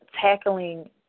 tackling